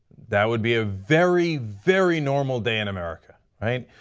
that would be a very, very normal day in america, right?